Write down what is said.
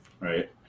right